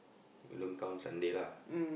you don't count Sunday lah